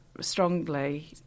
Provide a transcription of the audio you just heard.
strongly